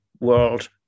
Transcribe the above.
world